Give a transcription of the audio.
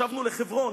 שבנו לחברון,